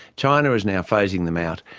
china is now phasing them out.